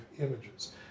images